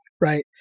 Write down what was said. right